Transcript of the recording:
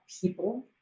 people